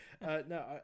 no